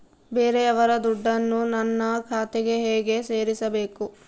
ಬೇರೆಯವರ ದುಡ್ಡನ್ನು ನನ್ನ ಖಾತೆಗೆ ಹೇಗೆ ಸೇರಿಸಬೇಕು?